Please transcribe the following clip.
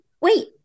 wait